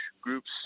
groups